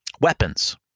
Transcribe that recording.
Weapons